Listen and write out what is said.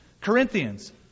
Corinthians